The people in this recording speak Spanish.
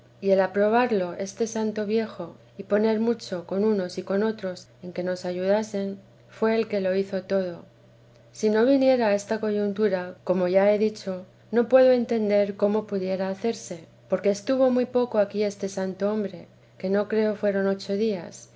y el aprobarlo este santo viejo y poner mucho con unos y con otros en que nos ayudasen fué el que lo hizo todo si no viniera a esta coyuntura como ya he dicho no puedo entender cómo pudiera hacerse porque estuvo poco aquí este santo hombre que no creo fueron ocho días